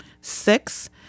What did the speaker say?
Six